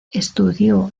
estudió